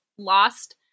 lost